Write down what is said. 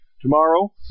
Tomorrow